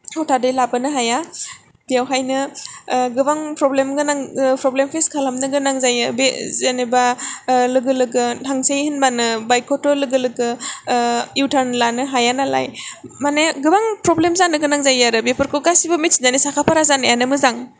हथाददै लाबोनो हाया बेयावहायनो गोबां फ्रब्लेम गोनां फ्रब्लेम फेस खालामनो गोनां जायो बे जेनबा लोगो लोगोनो थांसै होनब्लानो बाइकखौथ' लोगो लोगो इउथार्न लानो हाया नालाय माने गोबां फ्रब्लेम जानो गोनां जायो आरो बेफोरखौ गासैखौबो मिथिनानै साखा फारा जानायानो मोजां